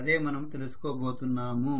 అదే మనము తెలుసుకోబోతున్నాము